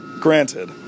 granted